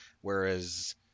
whereas